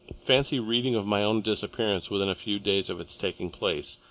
fancy reading of my own disappearance within a few days of its taking place,